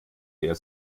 der